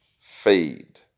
fade